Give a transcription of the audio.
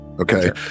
Okay